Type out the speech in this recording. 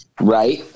Right